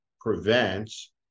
prevents